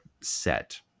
set